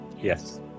Yes